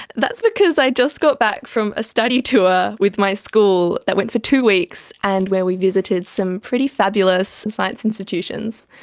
that's because i just got back from a study tour with my school that went for two weeks and where we visited some pretty fabulous science institutions.